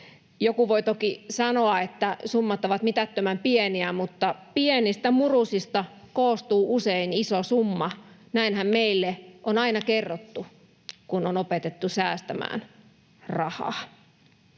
Joku voi toki sanoa, että summat ovat mitättömän pieniä, mutta pienistä murusista koostuu usein iso summa — näinhän meille on aina kerrottu, kun on opetettu säästämään rahaa.